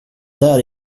där